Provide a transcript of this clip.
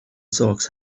socks